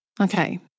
Okay